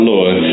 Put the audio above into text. Lord